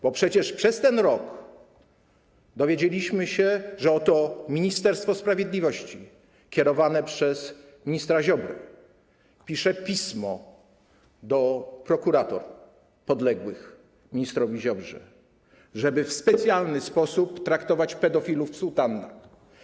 Bo przecież przez ten rok dowiedzieliśmy się, że oto Ministerstwo Sprawiedliwości kierowane przez ministra Ziobrę pisze pismo do prokuratur podległych ministrowi Ziobrze, żeby w specjalny sposób traktować pedofilów w sutannach.